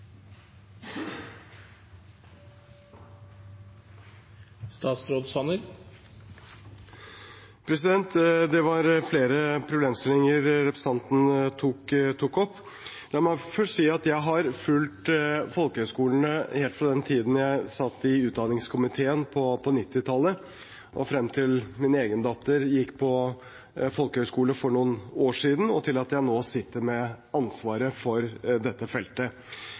Det var flere problemstillinger representanten tok opp. La meg først si at jeg har fulgt folkehøyskolene helt fra den tiden jeg satt i utdanningskomiteen, på 1990-tallet, frem til min egen datter gikk på folkehøyskole for noen år siden, og til at jeg nå sitter med ansvaret for dette feltet.